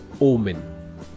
Omen